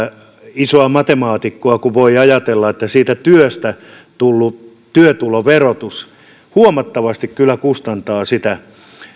isoa matemaatikkoa kun voi ajatella että siitä työstä tullut työtuloverotus huomattavasti kyllä kustantaa sitä